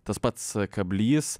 tas pats kablys